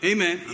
Amen